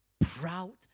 proud